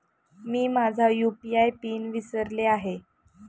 मी माझा UPI PIN विसरले आहे